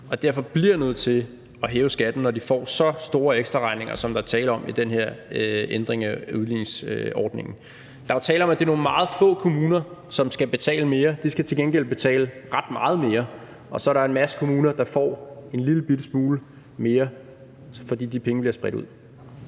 derfor bliver de nødt til at hæve skatten, når de får så store ekstraregninger, som der er tale om i den her ændring af udligningsordningen. Der er jo tale om, at det er meget få kommuner, som skal betale mere – de skal til gengæld betale ret meget mere – og så er der en masse kommuner, der får en lillebitte smule mere, fordi de penge bliver spredt ud.